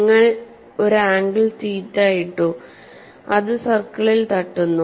നിങ്ങൾ ഒരു angle theta ഇട്ടു അത് സർക്കിളിൽ തട്ടുന്നു